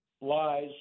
lies